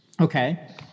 Okay